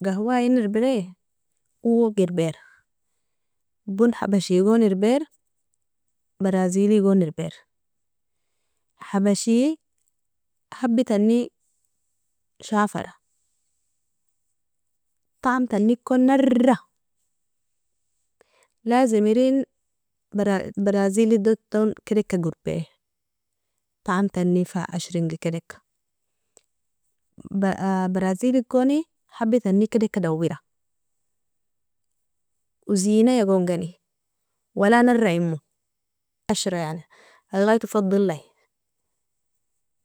Gahwa ien irbiri owogirbair bon habashigon irbair, barazeligon irbair, habashie habitani shafara tamtanikon narra, lazim erin barazelidaton kedika gorbi tamtani fa ashringa kedika, barazelikoni habitani kedika dawra ozinia gongeni wala naraimo ashra yani igaito fadelie.